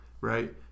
Right